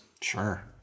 Sure